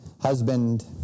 husband